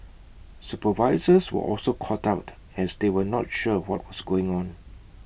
supervisors were also caught out as they were not sure what was going on